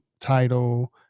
title